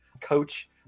coach